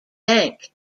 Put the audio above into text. bank